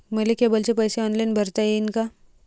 मले केबलचे पैसे ऑनलाईन भरता येईन का?